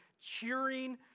cheering